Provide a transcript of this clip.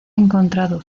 encontrado